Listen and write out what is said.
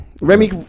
Remy